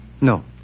no